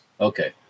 Okay